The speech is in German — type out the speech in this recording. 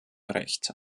recht